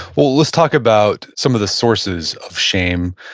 well let's talk about some of the sources of shame.